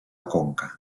conca